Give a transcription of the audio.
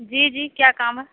جی جی کیا کام ہے